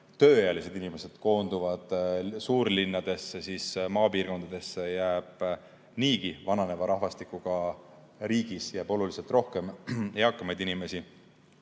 tööealised inimesed koonduvad suurlinnadesse, siis maapiirkondadesse jääb niigi vananeva rahvastikuga riigis oluliselt rohkem eakamaid inimesi.